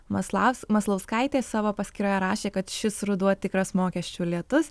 maslaus maslauskaitė savo paskyroje rašė kad šis ruduo tikras mokesčių lietus